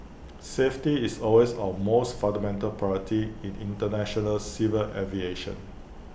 safety is always our most fundamental priority in International civil aviation